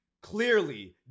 Clearly